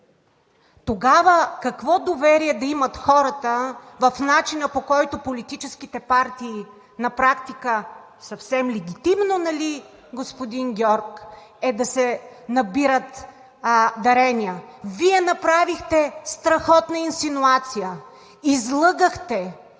тогава какво доверие да имат хората в начина, по който политическите партии на практика съвсем легитимно, нали, господин Георг, да си набират дарения. Вие направихте страхотна инсинуация – излъгахте,